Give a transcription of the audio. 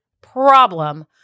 problem